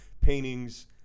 paintings